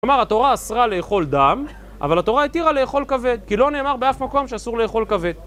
כלומר, התורה אסרה לאכול דם, אבל התורה התירה לאכול כבד, כי לא נאמר באף מקום שאסור לאכול כבד.